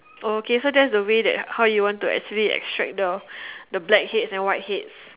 okay so that's the way that how you actually want to extract the blackheads and whiteheads